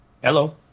Hello